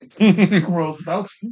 Roosevelt